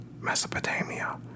Mesopotamia